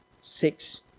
Six